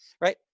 right